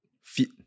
fit